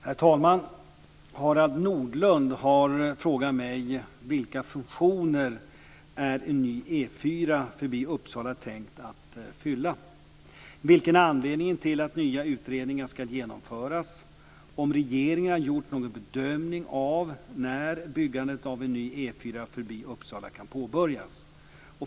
Herr talman! Harald Nordlund har frågat mig vilka funktioner en ny E 4 förbi Uppsala är tänkt att fylla, vilken anledningen är till att nya utredningar ska genomföras samt om regeringen har gjort någon bedömning av när byggandet av en ny E 4 förbi Uppsala kan påbörjas.